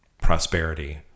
prosperity